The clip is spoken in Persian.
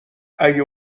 اگه